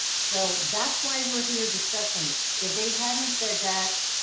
so that's why we're here discussing this. if they hadn't said that,